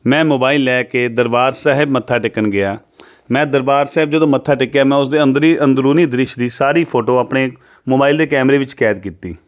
ਮੈਂ ਮੋਬਾਈਲ ਲੈ ਕੇ ਦਰਬਾਰ ਸਾਹਿਬ ਮੱਥਾ ਟੇਕਣ ਗਿਆ ਮੈਂ ਦਰਬਾਰ ਸਾਹਿਬ ਜਦੋਂ ਮੱਥਾ ਟੇਕਿਆ ਮੈਂ ਉਸ ਦੇ ਅੰਦਰ ਹੀ ਅੰਦਰੂਨੀ ਦ੍ਰਿਸ਼ ਦੀ ਸਾਰੀ ਫੋਟੋ ਆਪਣੇ ਮੋਬਾਇਲ ਦੇ ਕੈਮਰੇ ਵਿੱਚ ਕੈਦ ਕੀਤੀ